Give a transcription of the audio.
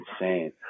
insane